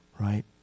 Right